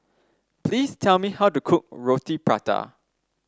please tell me how to cook Roti Prata